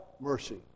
mercy